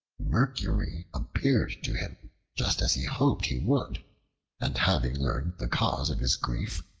mercury appeared to him just as he hoped he would and having learned the cause of his grief,